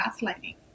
gaslighting